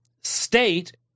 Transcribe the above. state